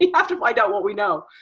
you have to find out what we know.